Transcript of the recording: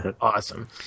Awesome